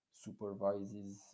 Supervises